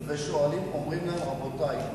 ואומרים להם: רבותי,